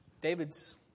David's